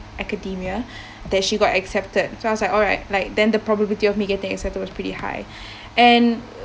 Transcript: academia that she got accepted so I was like all right like then the probability of me getting accepted was pretty high and